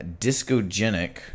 discogenic